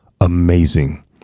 amazing